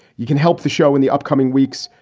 you can help the show in the upcoming weeks.